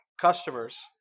customers